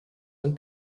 man